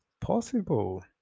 possible